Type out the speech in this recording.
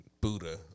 Buddha